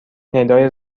ندای